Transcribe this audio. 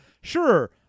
Sure